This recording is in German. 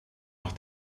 nach